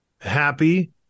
happy